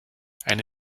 eine